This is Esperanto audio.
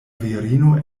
virino